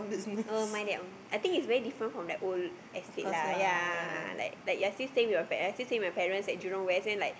oh my that um I think its very different from the old estate lah ya like that I still stay with I still stay with pare~ my parents stay at Jurong-West like